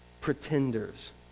Pretenders